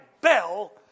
bell